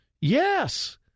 Yes